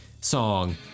song